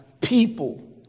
people